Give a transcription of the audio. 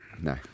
No